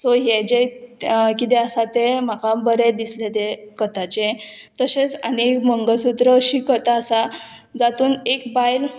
so हें जें कितें आसा तें म्हाका बरें दिसलें तें कथाचें तशेंच आनी एक मंगळसूत्र अशी कथा आसा जातून एक बायल